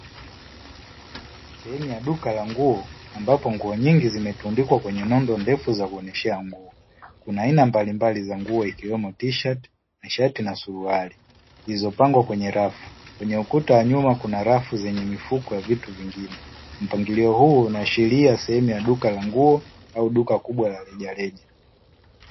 Sehemu ya duka la nguo ambapo nguo nyingi zimetundikwa kwenye nondo ndefu za kuoneshea nguo. Kuna aina mbalimbali za nguo ikiwemo Tisheti, Mashati na Suruali zilizopangwa kwenye rafu. Kwenye ukuta wa nyuma kuna rafu zenye mifuko ya vitu vingine. Mpangilio huu unaashiria sehemu ya duka la nguo au duka kubwa la rejareja.